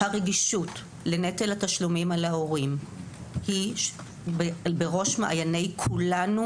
הרגישות לנטל התשלומים על ההורים היא בראש מעייני כולנו,